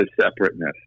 separateness